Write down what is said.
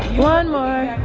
one more.